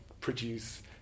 produce